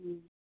হুম